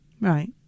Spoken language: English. Right